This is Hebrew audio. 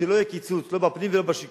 שלא יהיה קיצוץ: לא בפנים ולא בשיכון,